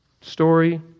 story